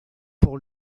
pour